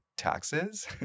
Taxes